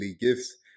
Gifts